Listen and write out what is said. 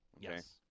Yes